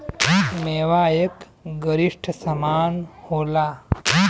मेवा एक गरिश्ट समान होला